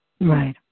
Right